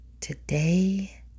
Today